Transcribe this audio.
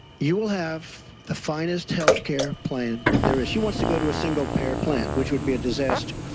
you will have the finest health care plan there is. she wants to go to a single player plan which would be a disaster.